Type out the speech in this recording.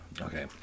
Okay